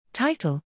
Title